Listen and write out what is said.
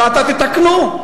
טעתה, תתקנו.